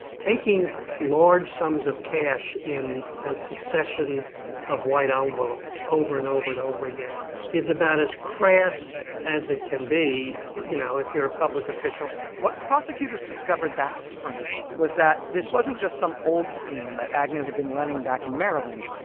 taking large sums of cash in a succession of white envelopes over and over and over again is about as crass as it can be, you know, if you're a public official what prosecutors discovered that spring was that this wasn't just some old scheme that agnew had been running back in maryland,